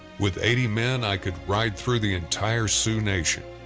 with eighty men i could ride through the entire sioux nation.